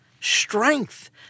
strength